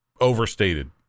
overstated